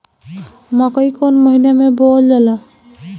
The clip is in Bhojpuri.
मकई कौन महीना मे बोअल जाला?